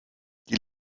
die